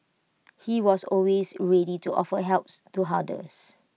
he was always ready to offer helps to others